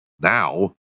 now